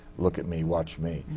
look at me! watch me!